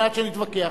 כדי שנתווכח.